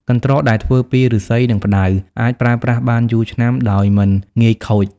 កន្ត្រកដែលធ្វើពីឫស្សី និងផ្តៅអាចប្រើប្រាស់បានយូរឆ្នាំដោយមិនងាយខូច។